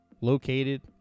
located